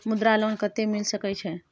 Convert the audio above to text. मुद्रा लोन कत्ते मिल सके छै?